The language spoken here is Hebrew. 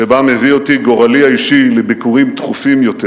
שבה מביא אותי גורלי האישי לביקורים תכופים יותר,